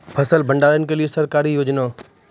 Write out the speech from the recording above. फसल भंडारण के लिए सरकार की योजना?